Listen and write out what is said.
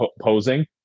posing